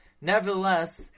nevertheless